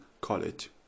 college